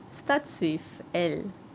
starts with L